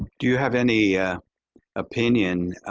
do you have any opinion